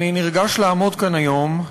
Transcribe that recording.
אני נרגש לעמוד כאן היום,